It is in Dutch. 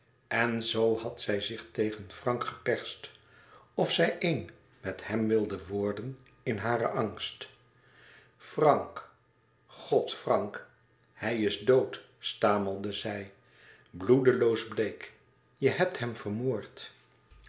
en zoo had zij zich tegen frank geperst of zij één met hem wilde worden in haren angst frank god frank hij is dood stamelde zij bloedeloos bleek je hebt hem vermoord